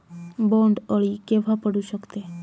बोंड अळी केव्हा पडू शकते?